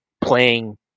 playing